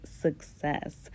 success